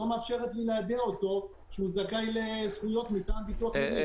לא מאפשרת לי ליידע אותו שהוא זכאי לזכויות מטעם הביטוח הלאומי.